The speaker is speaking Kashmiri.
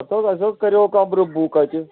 ہَتہٕ حظ اَسہِ حظ کَریو کَمرٕ بُک اَتہِ